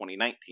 2019